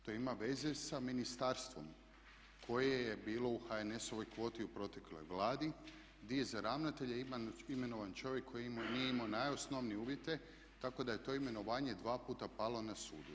To ima veze sa ministarstvom koje je bilo u HNS-ovoj kvoti u protekloj vladi gdje je za ravnatelja imenovan čovjek koji nije imao najosnovnije uvjete tako da je to imenovanje dva puta palo na sudu.